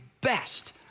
best